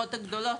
בלשכות הגדולות.